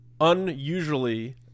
unusually